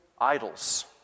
idols